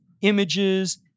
images